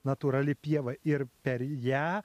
natūrali pieva ir per ją